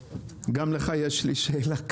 גם לך יש לי שאלה קשה.